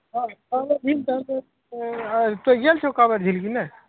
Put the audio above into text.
हँ काँवर झील तऽ हम्मे तोँ गेल छह काँवर झील कि नहि